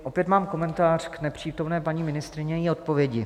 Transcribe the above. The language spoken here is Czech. Opět mám komentář k nepřítomné paní ministryni a její odpovědi.